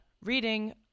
reading